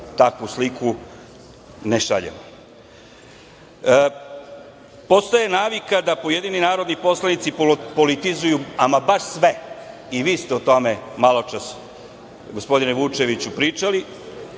takvu sliku ne šaljemo. Postoji navika da pojedini narodni poslanici politizuju ama baš sve i vi ste o tome maločas, gospodine Vučeviću, pričali.